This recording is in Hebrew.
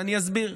ואני אסביר.